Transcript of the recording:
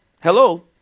Hello